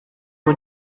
ubu